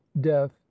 death